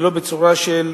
ולא בצורה של